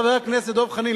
חבר הכנסת דב חנין,